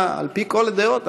על פי כל הדעות,